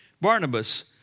Barnabas